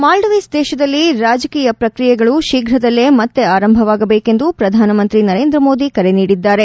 Maldives ದೇಶದಲ್ಲಿ ರಾಜಕೀಯ ಪ್ರಕ್ರಿಯೆಗಳು ಶೀಘದಲ್ಲೇ ಮತ್ತೆ ಆರಂಭವಾಗಬೇಕೆಂದು ಪ್ರಧಾನಮಂತ್ರಿ ನರೇಂದ್ರಮೋದಿ ಕರೆ ನೀಡಿದ್ದಾರೆ